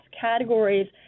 categories